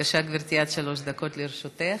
בבקשה, גברתי, עד שלוש דקות לרשותך.